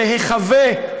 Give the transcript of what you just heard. בהיחבא,